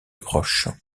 proches